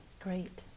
Great